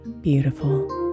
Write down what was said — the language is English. beautiful